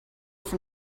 from